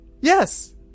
Yes